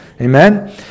Amen